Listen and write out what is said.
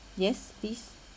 yes please